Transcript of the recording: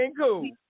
cool